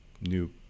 new